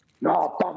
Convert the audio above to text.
No